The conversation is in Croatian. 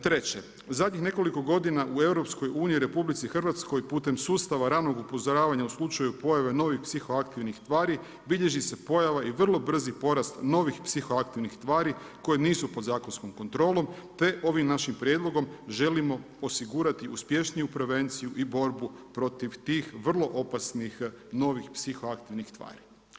Treće, u zadnjih nekoliko godina u Europskoj uniji u Republici Hrvatskoj putem sustava ranog upozoravanja u slučaju pojave novih psihoaktivnih tvari bilježi se i pojava i vrlo brzi porast novih psihoaktivnih tvari koje nisu pod zakonskom kontrolom, te ovim našim prijedlogom želimo osigurati uspješniju prevenciju i borbu protiv tih vrlo opasnih novih psihoaktivnih tvari.